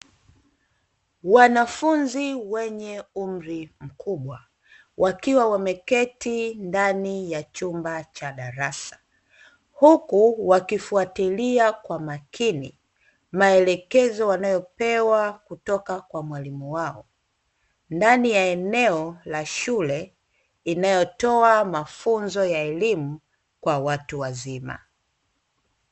Wanafunzi wenye umri mkubwa wakiwa wameketi ndani ya chumba cha darasa, huku wakifwatilia kwa makini maelekezo wanayopewa kutoka kwa mwalimu wao, ndani ya eneo la shule inayotoa mafunzo ya elimu kwa watu wazima.